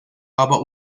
aber